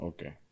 Okay